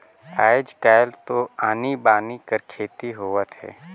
आयज कायल तो आनी बानी कर खेती होवत हे